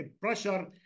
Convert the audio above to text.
pressure